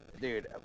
dude